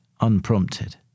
unprompted